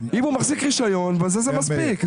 אם הוא מחזיק רישיון, זה מספיק.